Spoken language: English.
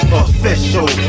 official